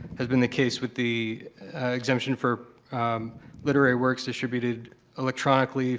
has been the case with the exemption for literary works distributed electronically